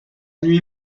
nuit